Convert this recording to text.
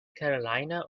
carolina